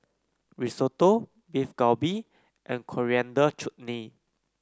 Risotto Beef Galbi and Coriander Chutney